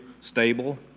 stable